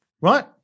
Right